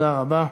תודה רבה.